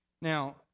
Now